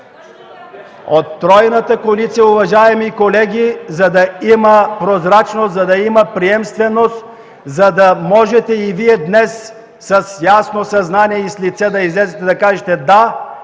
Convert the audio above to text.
От тройната коалиция, уважаеми колеги, за да има прозрачност, за да има приемственост, за да можете и Вие днес, с ясно съзнание и с лице да излезете и да кажете: